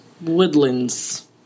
Woodlands